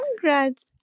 congrats